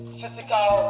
physical